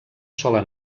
sola